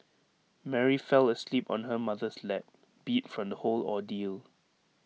Mary fell asleep on her mother's lap beat from the whole ordeal